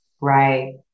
Right